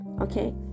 okay